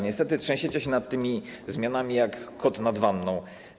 Niestety trzęsiecie się nad tymi zmianami jak kot nad wanną.